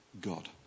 God